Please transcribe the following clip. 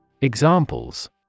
Examples